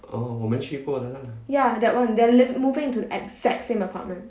ya that one then liv~ moving to the exact same apartment